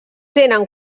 tenen